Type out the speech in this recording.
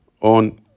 on